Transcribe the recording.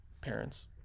parents